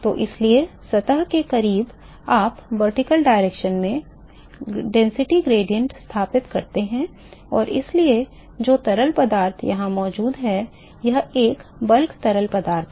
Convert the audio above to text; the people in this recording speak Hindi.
तो इसलिए सतह के करीब आप ऊर्ध्वाधर दिशा में घनत्व ढाल स्थापित करते हैं और इसलिए जो तरल पदार्थ यहां मौजूद है यह एक बल्क तरल पदार्थ है